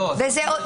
לא.